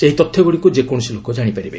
ସେହି ତଥ୍ୟଗୁଡ଼ିକୁ ଯେକୌଣସି ଲୋକ ଜାଶିପାରିବ